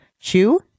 chew